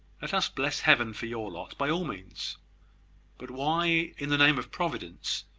let us bless heaven for your lot, by all means but why, in the name of providence,